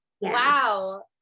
Wow